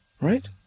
Right